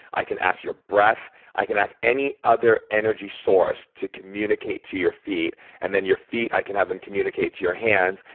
i can ask your breath. i can ask any other energy source to communicate to your feet and then, your feet, i can have them communicate to your hands.